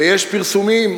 ויש פרסומים,